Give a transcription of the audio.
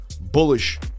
bullish